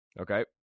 Okay